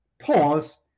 pause